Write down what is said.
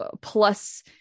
plus